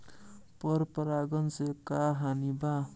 पर परागण से का हानि बा?